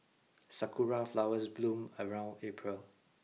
sakura flowers bloom around April